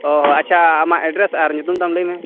ᱚ ᱟᱪᱪᱷᱟ ᱟᱢᱟᱜ ᱮᱰᱽᱰᱨᱮᱥ ᱟᱨ ᱧᱩᱛᱩᱢ ᱛᱟᱢ ᱞᱟᱹᱭᱢᱮ